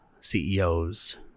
CEOs